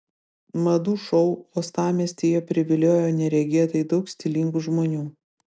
madų šou uostamiestyje priviliojo neregėtai daug stilingų žmonių